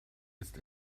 ist